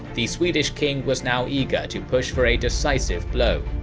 the swedish king was now eager to push for a decisive blow,